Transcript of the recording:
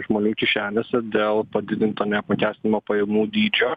žmonių kišenėse dėl padidinto neapmokestinamo pajamų dydžio